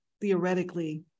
theoretically